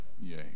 Yay